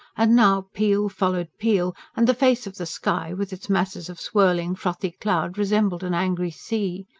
and now peal followed peal, and the face of the sky, with its masses of swirling, frothy cloud, resembled an angry sea.